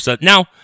now